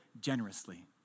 generously